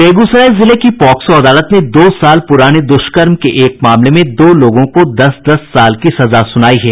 बेगूसराय जिले की पॉक्सो अदालत ने दो साल पुराने दुष्कर्म के एक मामले में दो लोगों को दस दस साल की सजा सुनाई है